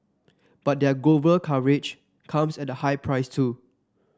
but their global coverage comes at a high price too